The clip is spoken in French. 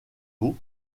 eaux